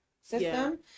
system